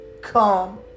come